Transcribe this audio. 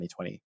2020